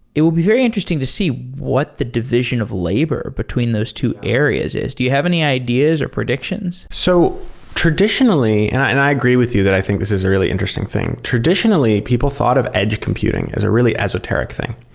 it would be very interesting to see what the division of labor between those two areas is. do you have any ideas or predictions? so traditionally and i agree with you, that i think this is a really interesting thing. traditionally, people thought of edge computing as a really esoteric thing.